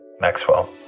Maxwell